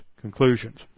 conclusions